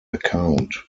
account